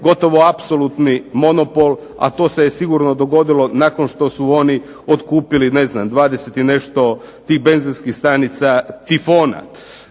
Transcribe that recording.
gotovo apsolutni monopol, a to se sigurno dogodilo nakon što su oni otkupili 20 i nešto tih benzinskih stanica Tifona.